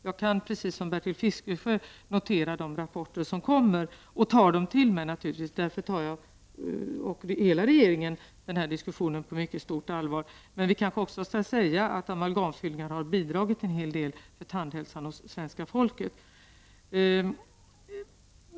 Jag kan, precis som Bertil Fiskesjö, notera de rapporter som kommer och naturligtvis ta dem till mig. Därför tar jag och den övriga regeringen dessa frågor på mycket stort allvar. Men jag vill även säga att amalgamfyllningar har bidragit en hel del till tandhälsan hos svenska folket.